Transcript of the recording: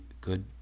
good